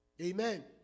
amen